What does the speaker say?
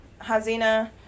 Hazina